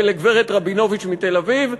וגברת רבינוביץ מתל-אביב,